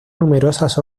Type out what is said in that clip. numerosas